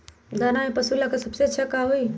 दाना में पशु के ले का सबसे अच्छा होई?